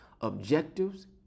objectives